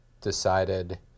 decided